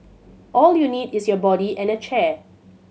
all you need is your body and a chair